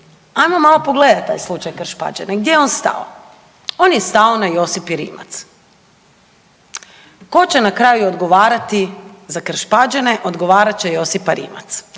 ajmo malo pogledat taj slučaj Krš-Pađene, gdje je on stao? On je stao na Josipi Rimac. Tko će na kraju odgovarati za Krš-Pađene? Odgovarat će Josipa Rimac,